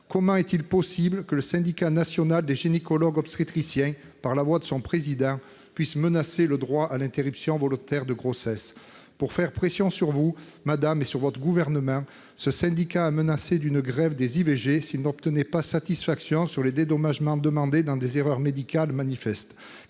Comment est-il possible que le syndicat national des gynécologues et obstétriciens de France, par la voix de son président, puisse menacer le droit à l'interruption volontaire de grossesse ? Pour faire pression sur vous et sur votre gouvernement, ce syndicat a menacé d'ouvrir une grève des IVG s'il n'obtenait pas satisfaction quant aux dédommagements demandés dans des affaires d'erreurs médicales manifestes.